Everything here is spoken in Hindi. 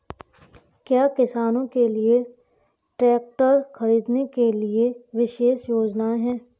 क्या किसानों के लिए ट्रैक्टर खरीदने के लिए विशेष योजनाएं हैं?